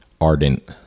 ardent